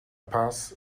paz